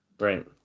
Right